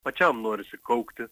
pačiam norisi kaukti